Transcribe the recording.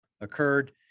occurred